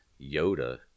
Yoda